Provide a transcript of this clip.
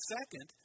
Second